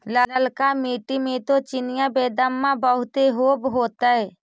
ललका मिट्टी मे तो चिनिआबेदमां बहुते होब होतय?